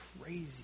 crazy